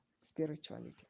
spirituality